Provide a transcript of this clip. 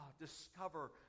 discover